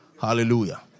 hallelujah